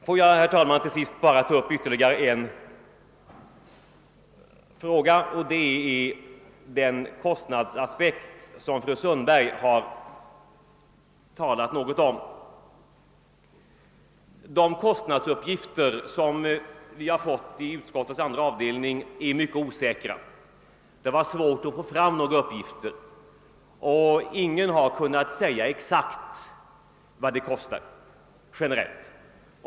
Får jag, herr talman, till sist bara ta upp ytterligare en fråga, nämligen den kostnadsaspekt som fru Sundberg har talat något om. De kostnadsuppgifter som vi har fått i statsutskottets andra avdelning är mycket osäkra. Det var svårt att få fram exakta uppgifter. Ingen har kunnat säga exakt vad det kostar generellt.